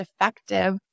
effective